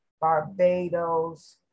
Barbados